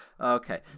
Okay